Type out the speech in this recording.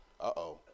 Uh-oh